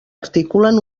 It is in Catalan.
articulen